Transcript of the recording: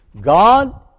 God